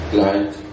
light